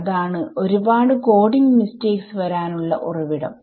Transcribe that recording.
അതാണ് ഒരുപാട് coding mistakes വരാനുള്ള ഉറവിടം